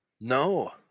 no